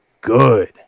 good